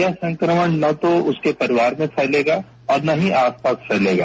यह संक्रमण न तो उसके परिवार में फैलेगा और न ही आसपास फैलेगा